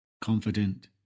confident